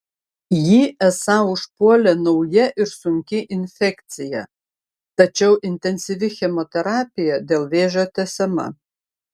jį esą užpuolė nauja ir sunki infekcija tačiau intensyvi chemoterapija dėl vėžio tęsiama